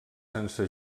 sense